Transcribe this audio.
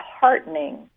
heartening